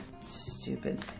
stupid